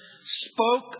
spoke